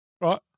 right